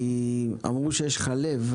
אמרו שיש לך לב,